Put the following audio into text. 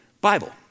Bible